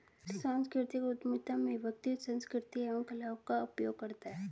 सांस्कृतिक उधमिता में व्यक्ति संस्कृति एवं कला का उपयोग करता है